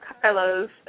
carlos